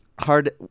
Hard